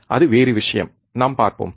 அது வேறு விஷயம் நாம் பார்ப்போம்